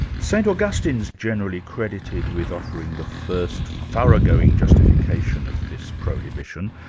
st augstine's generally credited with offering the first thoroughgoing justification of this prohibition.